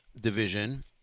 division